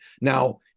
now